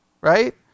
right